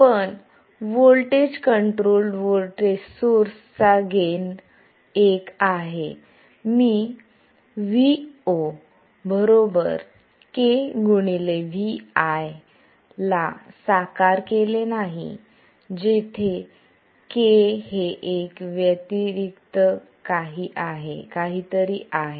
पण voltage control voltage सोर्सचा gain एक आहे मी Vo kVi ला साकार केले नाही जेथे k हे एक व्यतिरिक्त काहीतरी आहे